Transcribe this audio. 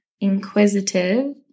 inquisitive